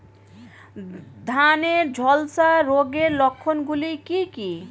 ধানের ঝলসা রোগের লক্ষণগুলি কি কি?